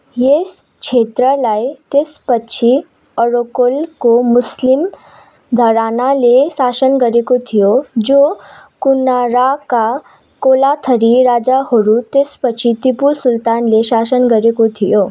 यस क्षेत्रलाई त्यसपछि अरक्कलको मुस्लिम घरानाले शासन गरेको थियो जो कन्नुरका कोलाथिरी राजाहरू त्यसपछि तिपू सुल्तानले शासन गरेका थिए